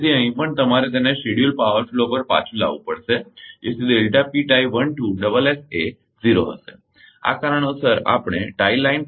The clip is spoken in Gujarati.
તેથી અહીં પણ તમારે તેને શેડ્યૂલ પાવર ફ્લો પર પાછું લાવવું પડશે છે કે જેથી એ 0 હશે આ કારણોસર આપણે tie line frequency bias control માટે જઈશું